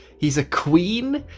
he's a queen.